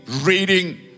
reading